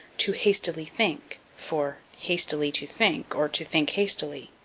to hastily think, for hastily to think, or, to think hastily.